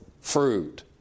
fruit